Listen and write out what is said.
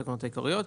התקנות העיקריות),